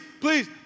please